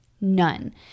none